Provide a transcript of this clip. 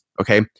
okay